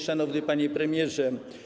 Szanowny Panie Premierze!